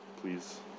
please